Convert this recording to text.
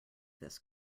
this